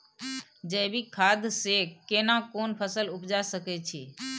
जैविक खाद से केना कोन फसल उपजा सकै छि?